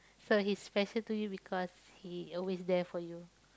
so he's special to you because he always there for you